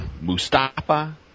Mustafa